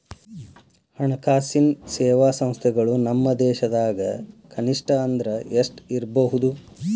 ಹಣ್ಕಾಸಿನ್ ಸೇವಾ ಸಂಸ್ಥೆಗಳು ನಮ್ಮ ಭಾರತದಾಗ ಕನಿಷ್ಠ ಅಂದ್ರ ಎಷ್ಟ್ ಇರ್ಬಹುದು?